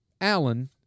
Allen